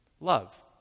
Love